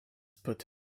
put